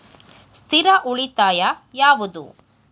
ಸ್ಥಿರ ಉಳಿತಾಯ ಯಾವುದು?